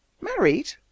Married